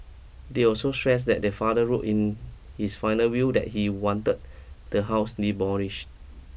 they also stressed that their father wrote in his final will that he wanted the house demolished